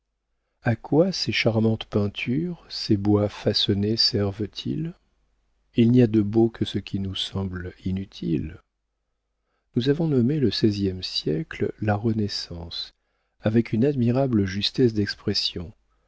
a quoi ces charmantes peintures ces bois façonnés servent ils il n'y a de beau que ce qui nous semble inutile nous avons nommé le seizième siècle la renaissance avec une admirable justesse d'expression